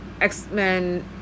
X-Men